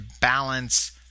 balance